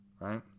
right